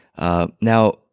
now